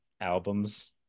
albums